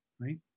right